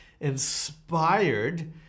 inspired